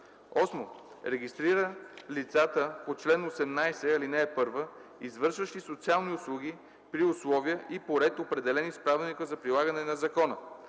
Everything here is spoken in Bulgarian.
8. регистрира лицата по чл. 18, ал. 1, извършващи социални услуги, при условия и по ред, определени с правилника за прилагане на закона;